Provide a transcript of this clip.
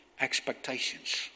expectations